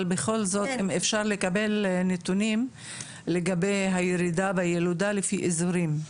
אבל בכל זאת אם אפשר לקבל נתונים לגבי הירידה בילודה לפי אזורים.